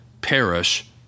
perish